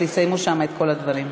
תסיימו שם את כל הדברים.